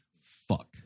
fuck